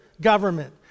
government